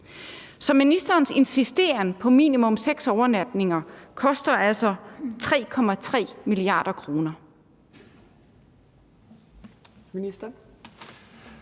Så ministerens insisteren på minimum seks overnatninger koster altså 3,3 mia. kr.